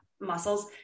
muscles